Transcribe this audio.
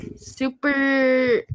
super